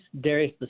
Darius